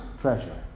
treasure